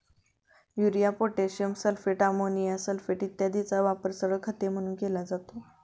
urea, potassium sulphate, ammonium sulphate इत्यादींचा वापर सरळ खते म्हणून केला जातो